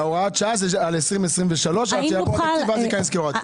והוראת השעה זה על 2023 עד שיעבור התקציב ואז זה ייכנס כהוראת קבע.